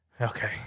okay